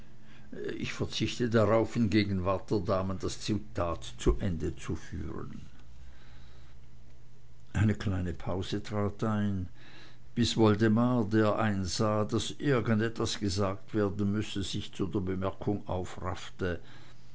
ich verzichte darauf in gegenwart der damen das zitat zu ende zu führen eine kleine pause trat ein bis woldemar der einsah daß irgendwas gesagt werden müsse sich zu der bemerkung aufraffte